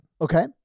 Okay